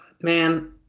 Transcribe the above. Man